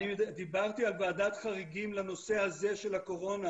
אני דיברתי על ועדת חריגים לנושא הזה של הקורונה,